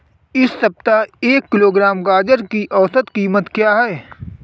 इस सप्ताह एक किलोग्राम गाजर की औसत कीमत क्या है?